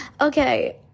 okay